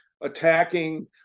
attacking